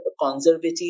conservative